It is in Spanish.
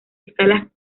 escalas